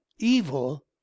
evil